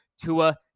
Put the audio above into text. Tua